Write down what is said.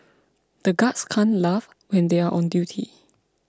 the guards can't laugh when they are on duty